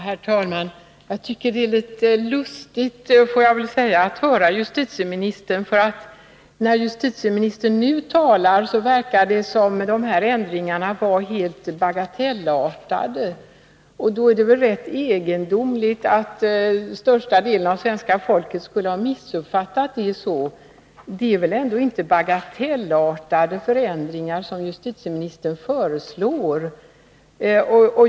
Herr talman! Jag tycker att det är litet lustigt att höra på justitieministern, får jag säga. När justitieministern nu talar verkar det som om de här ändringarna var helt bagatellartade. Det är rätt egendomligt att största delen av svenska folket skulle ha missuppfattat det så. Det är inte bagatellartade förändringar som justitieministern föreslår.